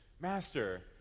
Master